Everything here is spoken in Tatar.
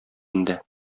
инде